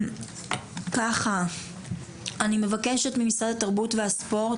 אני מבקשת ממשרד התרבות והספורט,